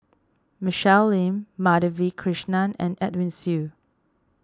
Michelle Lim Madhavi Krishnan and Edwin Siew